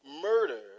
murdered